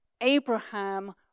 Abraham